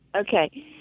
Okay